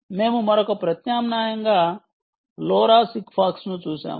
మేము మరొక ప్రత్యామ్నాయంగా లోరా సిగ్ఫాక్స్ను చూశాము